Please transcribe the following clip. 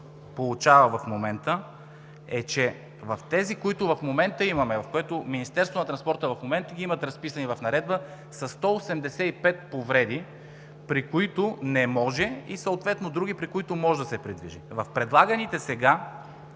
получава в момента, е, че тези, които в момента имаме, които Министерството на транспорта има, разписани в наредба, са 185 повреди, при които не може, съответно и други, при които може да се придвижи. В предлаганото от